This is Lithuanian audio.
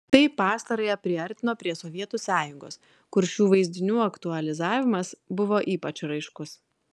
tai pastarąją priartino prie sovietų sąjungos kur šių vaizdinių aktualizavimas buvo ypač raiškus